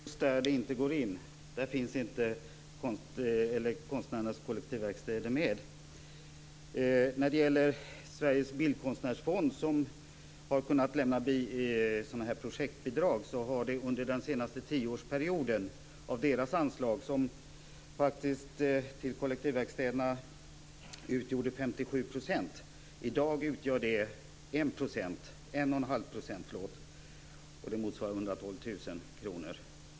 Herr talman! Det är just där det inte går in. Där finns inte konstnärernas kollektivverkstäder med. Sveriges bildkonstnärsfond har kunnat lämna projektbidrag till kollektivverkstäderna. Under den senaste tioårsperioden har deras anslag faktiskt utgjort 112 000 kr.